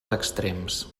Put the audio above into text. extrems